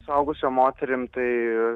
suaugusiom moterim tai